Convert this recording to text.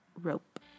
Rope